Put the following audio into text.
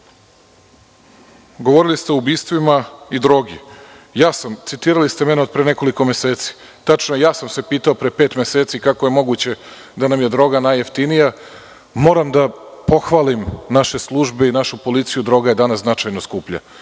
Govorili ste o ubistvima i drogi. Citirali ste mene od pre nekoliko meseci. Tačno, ja sam se pitao pre pet meseci - kako je moguće da nam je droga najjeftinija. Moram da pohvalim naše službe i našu policiju, droga je danas značajno skuplja.